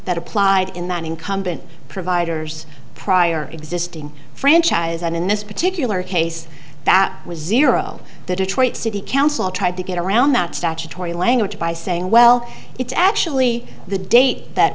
that applied in that incumbent providers prior existing franchise and in this particular case that was zero the detroit city council tried to get around that statutory language by saying well it's actually the date that